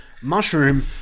Mushroom